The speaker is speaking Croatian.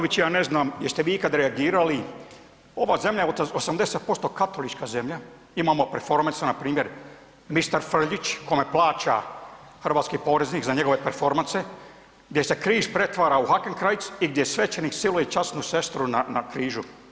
Mis … [[Govornik se ne razumije]] ja ne znam jeste vi ikad reagirali, ova zemlja je 80% katolička zemlja, imamo performansa npr. mister Frljić kome plaća hrvatski poreznik za njegove performanse, gdje se križ pretvara u hakenkrajc i gdje svećenik siluje časnu sestru na, na križu.